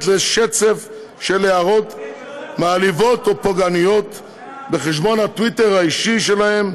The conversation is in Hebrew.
לשצף של הערות מעליבות ופוגעניות בחשבון הטוויטר האישי שלהם.